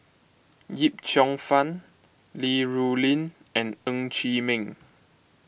Yip Cheong Fun Li Rulin and Ng Chee Meng